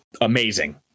amazing